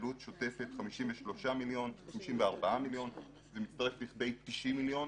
וכעלות שוטפת 54 מיליון, זה מצטרף לכדי 90 מיליון,